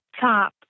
top